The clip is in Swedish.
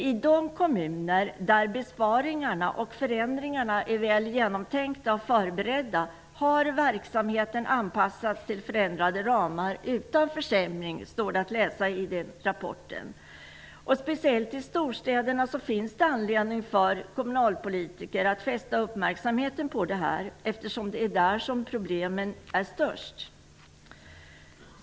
I de kommunerna där besparingarna och förändringarna är väl genomtänkta och förberedda har verksamheten anpassats till förändrade ramar utan försämringar, står det att läsa i rapporten. Speciellt i storstäderna finns det anledning för kommunalpolitikerna att fästa uppmärksamheten på detta eftersom det är där som problemen är störst.